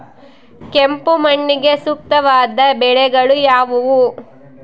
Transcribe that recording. ಕೆಂಪು ಮಣ್ಣಿಗೆ ಸೂಕ್ತವಾದ ಬೆಳೆಗಳು ಯಾವುವು?